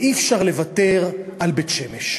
ואי-אפשר לוותר על בית-שמש.